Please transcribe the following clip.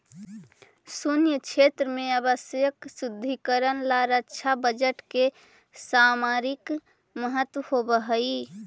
सैन्य क्षेत्र में आवश्यक सुदृढ़ीकरण ला रक्षा बजट के सामरिक महत्व होवऽ हई